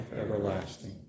everlasting